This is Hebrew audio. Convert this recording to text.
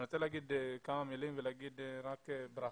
אני רוצה להגיד כמה מילים ולהגיד רק ברכה.